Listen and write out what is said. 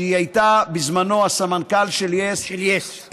שהייתה בזמנו הסמנכ"ל של יס,